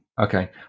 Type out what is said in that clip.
Okay